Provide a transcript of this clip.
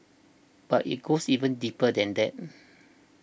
but it goes even deeper than that